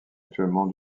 actuellement